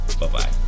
Bye-bye